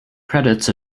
credits